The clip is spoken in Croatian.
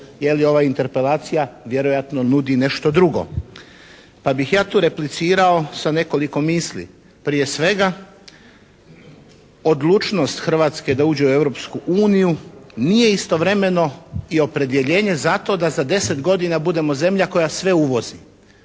je li ova interpelacija vjerojatno nudi nešto drugo. Pa bih ja to replicirao sa nekoliko misli. Prije svega, odlučnost Hrvatske da uđe u Europsku uniju nije istovremeno i opredjeljenje za to da za 10 godina budemo zemlja koja sve uvozi.